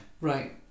Right